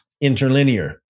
interlinear